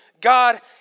God